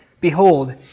Behold